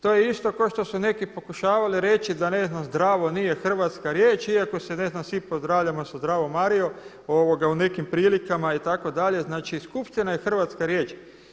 To je isto kao što su neki pokušavali reći da ne znam zdravo nije hrvatska riječ iako se ne znam svi pozdravljamo sa zdravo Marijo u nekim prilikama itd., znači skupština je hrvatska riječ.